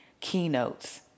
keynotes